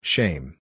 Shame